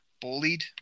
bullied